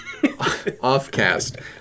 Offcast